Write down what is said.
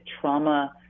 trauma